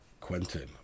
quentin